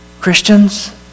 Christians